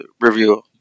review